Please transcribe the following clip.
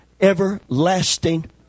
everlasting